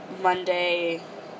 Monday